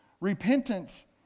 Repentance